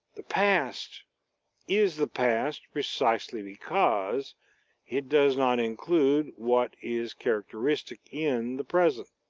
the past is the past precisely because it does not include what is characteristic in the present.